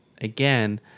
again